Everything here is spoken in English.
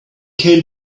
came